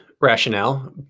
rationale